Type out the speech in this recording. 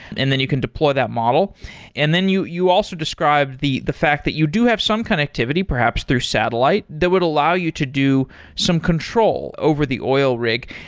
and then you can deploy that model and then you you also described the the fact that you do have some connectivity, perhaps through satellite that would allow you to do some control over the oil rig.